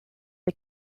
the